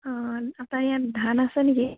অঁ আপোনাৰ ইয়াত ধান আছে নেকি